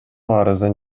арызын